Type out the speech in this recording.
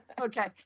Okay